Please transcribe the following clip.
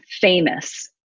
famous